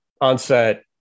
onset